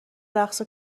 رقص